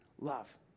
love